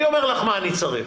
אני אומר לך מה אני צריך.